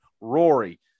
Rory